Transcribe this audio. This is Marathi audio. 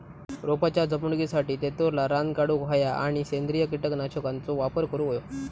रोपाच्या जपणुकीसाठी तेतुरला रान काढूक होया आणि सेंद्रिय कीटकनाशकांचो वापर करुक होयो